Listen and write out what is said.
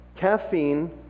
caffeine